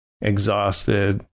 exhausted